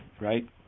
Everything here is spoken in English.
right